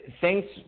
Thanks